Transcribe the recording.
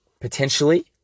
potentially